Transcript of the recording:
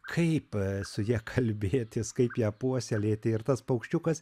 kaip su ja kalbėtis kaip ją puoselėti ir tas paukščiukas